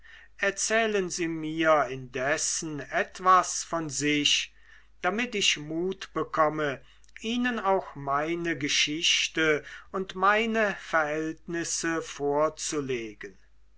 erzählen sie mir indessen etwas von sich damit ich mut bekomme ihnen auch meine geschichte und meine verhältnisse vorzulegen